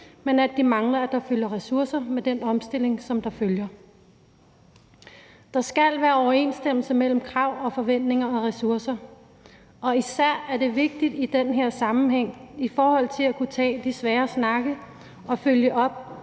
men at de mangler, at der følger ressourcer med den omstilling, som følger. Der skal være overensstemmelse mellem krav og forventninger og ressourcer, og især er det vigtigt i den her sammenhæng i forhold til at kunne tage de svære snakke og følge op,